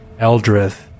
Eldrith